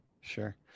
sure